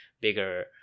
bigger